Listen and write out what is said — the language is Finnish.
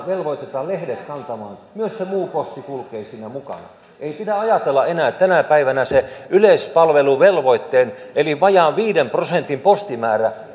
velvoitetaan kantamaan lehdet myös muu posti kulkee siinä mukana ei pidä ajatella enää tänä päivänä että se yleispalveluvelvoitteen eli vajaan viiden prosentin postimäärä